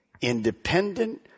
independent